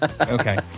Okay